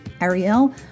Ariel